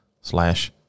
slash